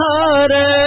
Hare